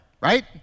right